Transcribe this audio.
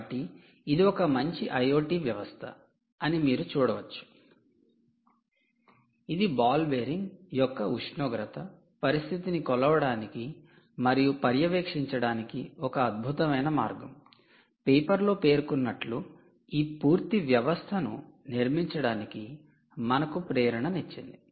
కాబట్టి ఇది ఒక మంచి ఐయోటి వ్యవస్థ అని మీరు చూడవచ్చు ఇది బాల్ బేరింగ్ యొక్క ఉష్ణోగ్రత పరిస్థితిని కొలవడానికి మరియు పర్యవేక్షించడానికి ఒక అద్భుతమైన మార్గం పేపర్లో పేర్కొన్నట్లు ఈ పూర్తి వ్యవస్థను నిర్మించడానికి మనకు ప్రేరణనిచ్చింది